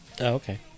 okay